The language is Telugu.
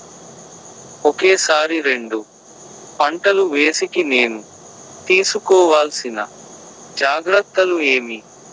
ఒకే సారి రెండు పంటలు వేసేకి నేను తీసుకోవాల్సిన జాగ్రత్తలు ఏమి?